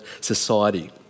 society